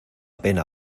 pena